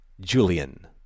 Julian